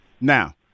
now